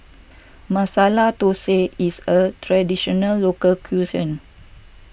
Masala Thosai is a Traditional Local Cuisine